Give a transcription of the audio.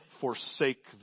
Forsake